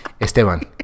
Esteban